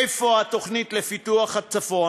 איפה התוכנית לפיתוח הצפון,